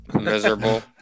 Miserable